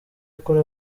akora